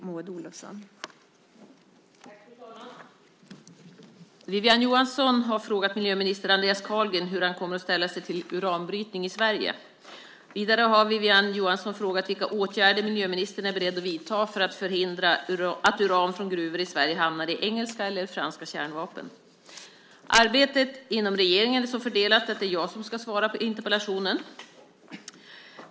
Fru talman! Wiwi-Anne Johansson har frågat miljöminister Andreas Carlgren hur han kommer att ställa sig till uranbrytning i Sverige. Vidare har Wiwi-Anne Johansson frågat vilka åtgärder miljöministern är beredd att vidta för att förhindra att uran från gruvor i Sverige hamnar i engelska eller franska kärnvapen. Arbetet inom regeringen är så fördelat att det är jag som ska svara på interpellationen.